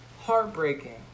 heartbreaking